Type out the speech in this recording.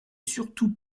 surtout